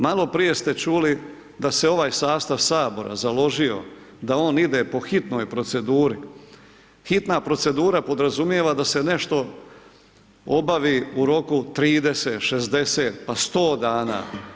Maloprije se čuli da se ovaj sastav Sabora založio da on ide po hitnoj proceduri, hitna procedura podrazumijeva da se nešto obavi u roku 30, 60, pa 100 dana.